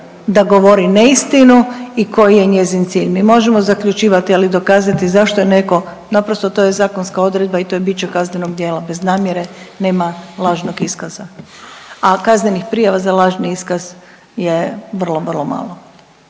da govori neistinu i koji je njezin cilj. Mi možemo zaključivati, ali dokazati zašto je netko naprosto to je zakonska odredba i to je biće kaznenog djela bez namjere, nema lažnog iskaza. A kaznenih prijava za lažni iskaz je vrlo, vrlo malo.